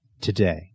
Today